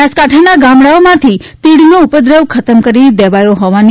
બનાસકાંઠાના ગામડાઓ માથી તીડનો ઉપદ્રવ ખતમ કરી દેવાયો હોવાની